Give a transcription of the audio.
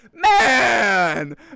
Man